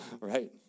right